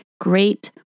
great